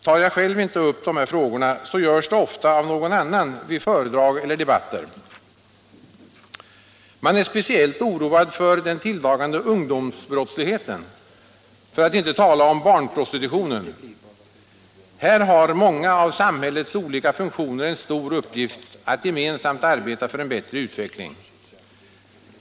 Tar jag själv inte upp de här frågorna, så görs det ofta av någon annan, i föredrag eller debatter. Man är speciellt oroad för den tilltagande ungdomsbrottsligheten, för att inte tala om barnprostitutionen. Här har många av samhällets olika funktioner en viktig uppgift att gemensamt arbeta för en bättre utveckling.